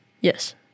Yes